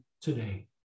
today